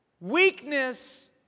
weakness